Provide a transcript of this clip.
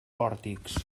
pòrtics